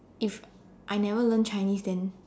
if I never learn Chinese then